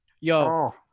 Yo